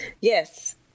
Yes